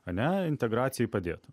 ar ne integracijai padėt